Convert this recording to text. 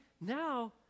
now